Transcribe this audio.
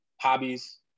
Hobbies